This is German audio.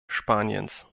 spaniens